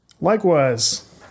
Likewise